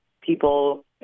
people